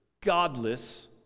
godless